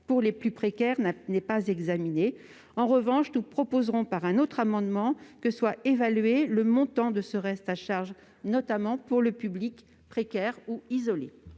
pour les plus précaires ne pourra pas être examiné. En revanche, nous proposerons, par un autre amendement, que soit évalué le montant de ce reste à charge, notamment pour le public précaire ou isolé.